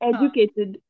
Educated